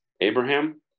Abraham